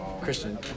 Christian